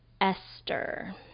Esther